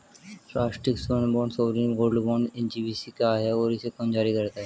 राष्ट्रिक स्वर्ण bond sovereign gold bond SGB क्या है और इसे कौन जारी करता है?